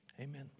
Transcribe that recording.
amen